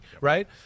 right